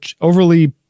overly